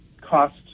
cost